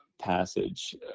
passage